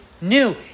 new